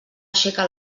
aixeca